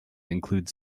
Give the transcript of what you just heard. include